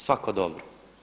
Svako dobro.